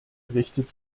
richtet